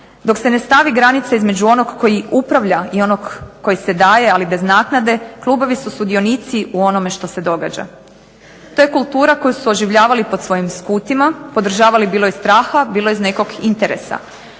dok se ne stavi granica između onog koji upravlja i onog koji se daje ali bez naknade klubovi su sudionici u onome što se događa. To je kultura koju su oživljavali pod svojim skutima, podržavali bilo iz straha bilo iz nekog interesa.